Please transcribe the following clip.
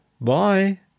Bye